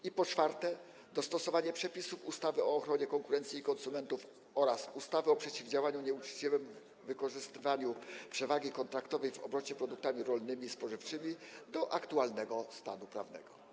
I po czwarte, chodzi o dostosowanie przepisów ustawy o ochronie konkurencji i konsumentów oraz ustawy o przeciwdziałaniu nieuczciwemu wykorzystywaniu przewagi kontraktowej w obrocie produktami rolnymi i spożywczymi do aktualnego stanu prawnego.